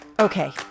Okay